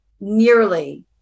nearly